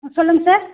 சொல்லுங்க சார்